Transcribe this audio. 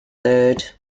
third